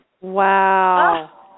Wow